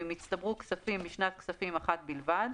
אם הצטברו כספים משנת כספים אחת בלבד,